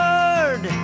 Lord